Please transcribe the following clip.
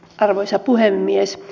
arvoisa puhemies